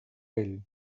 ell